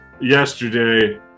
yesterday